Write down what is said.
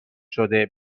شده